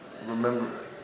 remember